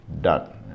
done